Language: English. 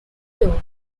tour